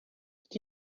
did